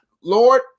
Lord